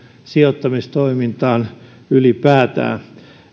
sijoittamistoimintaan ylipäätään